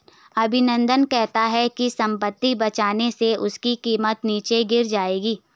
अभिनंदन कहता है कि संपत्ति बेचने से उसकी कीमत नीचे गिर जाएगी